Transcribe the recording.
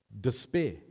despair